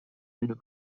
نور